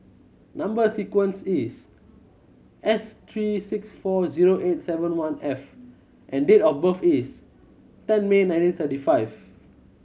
number sequence is S three six four zero eight seven one F and date of birth is ten May nineteen thirty five